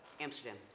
Amsterdam